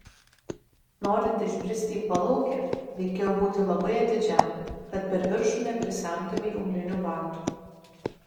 norint išbristi į palaukę reikėjo būti labai atidžiam kad per viršų neprisemtumei aulinių batų